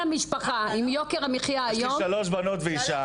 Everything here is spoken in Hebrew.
יש לי שלוש בנות ואישה.